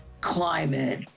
climate